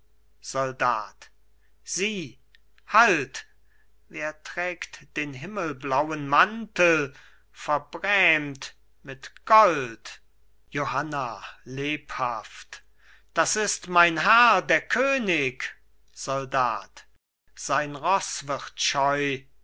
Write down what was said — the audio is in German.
soldat sieh halt wer trägt den himmelblauen mantel verbrämt mit gold johanna lebhaft das ist mein herr der könig soldat sein roß wird scheu